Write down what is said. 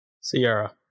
Sierra